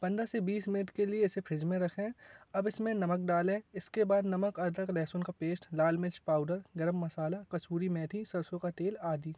पंद्रह से बीस मिनट के लिए इसे फ्रिज में रखें अब इसमें नमक डालें इसके बाद नमक अदरक लेहसुन का पेस्ट लाल मिर्च पाउडर गर्म मसाला कसूरी मेथी सरसों का तेल आदि